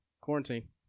Quarantine